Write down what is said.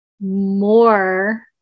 more